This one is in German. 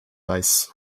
weiß